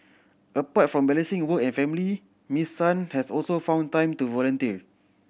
apart from balancing work and family Miss Sun has also found time to volunteer